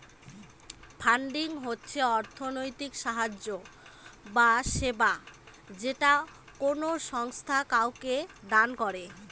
funding হচ্ছে অর্থনৈতিক সাহায্য বা সেবা যেটা কোনো সংস্থা কাউকে দান করে